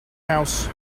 house